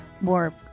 more